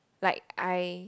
like I